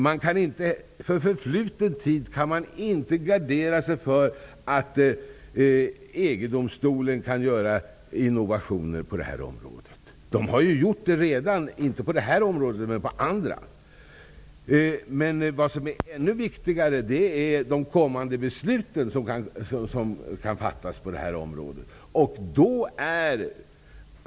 Man kan inte gardera sig mot att EG-domstolen kan göra innovationer på detta område för förfluten tid. EG-domstolen har redan gjort det, inte på detta område men på andra. Vad som är ännu viktigare är de kommande beslut som kan fattas på detta område.